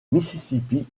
mississippi